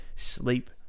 Sleep